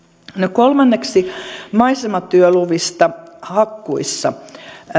kolmanneksi maisematyöluvista hakkuissa